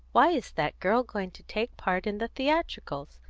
why is that girl going to take part in the theatricals?